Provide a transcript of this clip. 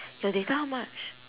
your data how much